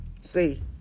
See